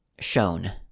shown